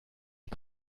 die